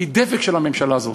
דבק של הממשלה הזאת,